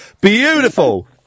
Beautiful